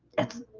it's